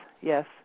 yes